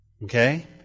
Okay